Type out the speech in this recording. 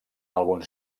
alguns